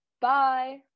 Bye